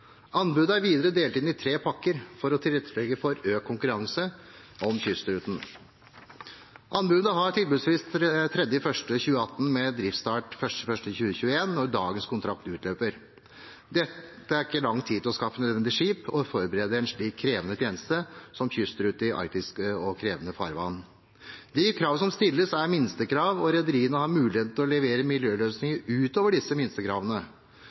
Anbudet er videre delt inn i tre pakker for å tilrettelegge for økt konkurranse om kystruten. Anbudet har tilbudsfrist 3. januar 2018, med driftsstart 1. januar 2021, når dagens kontrakt utløper. Dette er ikke lang tid til å skaffe nødvendige skip og forberede en slik krevende tjeneste som en kystrute i arktiske og krevende farvann er. De kravene som stilles, er minstekrav, og rederiene har mulighet til å levere miljøløsninger utover disse minstekravene.